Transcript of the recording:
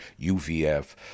UVF